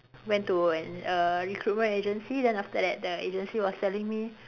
went to an a recruitment agency then the recruitment agency was like telling me